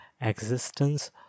existence